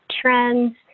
trends